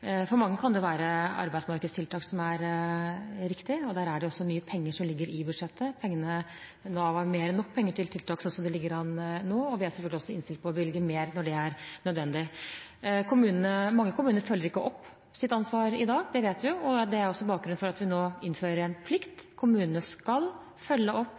For mange kan det være arbeidsmarkedstiltak som er riktig. Der ligger det også mye penger i budsjettet. Nav har mer enn nok penger til tiltak slik det ligger an nå, og vi er selvfølgelig også innstilt på å bevilge mer når det er nødvendig. Mange kommuner følger ikke opp sitt ansvar i dag, det vet vi jo. Det er også bakgrunnen for at vi nå innfører en plikt; kommunene skal følge opp